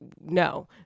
No